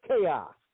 chaos